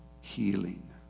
Healing